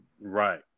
Right